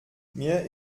mir